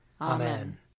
Amen